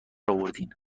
آوردین